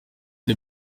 the